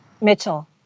Mitchell